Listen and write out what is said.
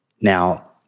Now